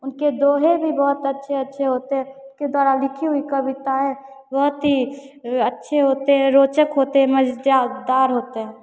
उनके दोहे भी बहुत अच्छे अच्छे होते हैं उनके द्वारा लिखी हुई कविताएँ बहुत ही अच्छी होती हैं रोचक होती हैं मज़ेदार होती हैं